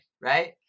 right